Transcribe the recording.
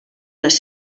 les